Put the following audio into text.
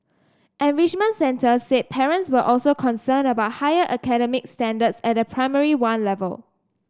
enrichment centres said parents were also concerned about higher academic standards at Primary One level